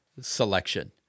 selection